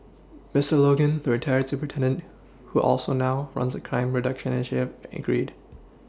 Mister Logan the retired superintendent who also now runs a crime reduction initiate agreed